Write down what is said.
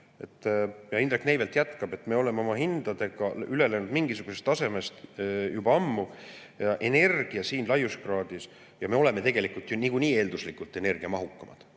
Ja Indrek Neivelt jätkas, et me oleme oma hindadega üle läinud mingisugusest tasemest juba ammu ja energia siin laiuskraadil – me oleme tegelikult ju niikuinii eelduslikult energiamahukamad